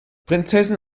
prinzessin